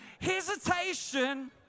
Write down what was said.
Hesitation